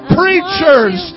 preachers